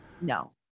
No